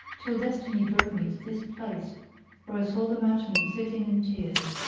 till destiny drove me to this place where i saw the merchant sitting in tears.